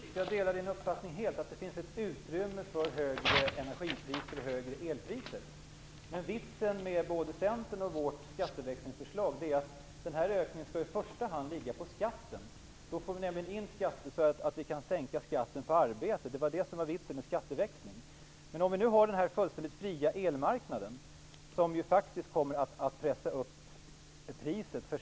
Herr talman! Jag delar helt Kerstin Warnerbrings uppfattning att det finns ett utrymme för högre eloch energipriser. Men vitsen med både Centerns och vårt skatteväxlingsförslag är att denna ökning i första hand skall ligga på skatten. Då får vi nämligen in skatter så att vi kan sänka skatten på arbete. Men en fullständigt fri elmarknad kommer att pressa upp priset.